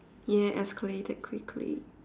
ya escalated quickly